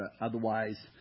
Otherwise